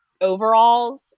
overalls